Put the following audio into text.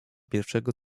pierwszego